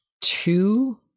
two